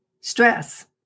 stress